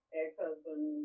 ex-husband